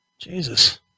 jesus